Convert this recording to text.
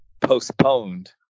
postponed